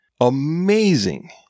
Amazing